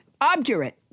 obdurate